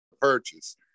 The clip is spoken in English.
purchase